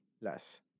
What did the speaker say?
less